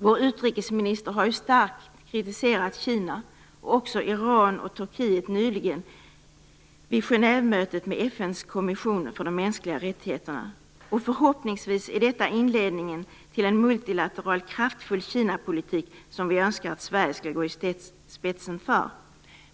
Vår utrikesminister har starkt kritiserat Kina, och också Iran och Turkiet nyligen vid Genèvemötet med Förhoppningsvis är detta inledningen till en multilateral kraftfull kinapolitik, som vi önskar att Sverige skall gå i spetsen för.